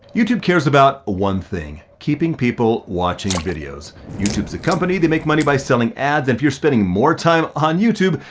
youtube cares about one thing, keeping people watching videos. youtube's a company, they make money by selling ads and if you're spending more time on youtube,